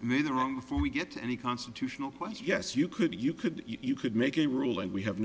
made the wrong before we get to any constitutional question yes you could you could you could make a ruling we have